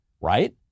right